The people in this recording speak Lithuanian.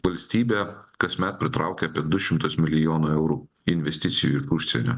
valstybė kasmet pritraukia apie du šimtus milijonų eurų investicijų iš užsienio